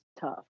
tough